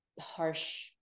harsh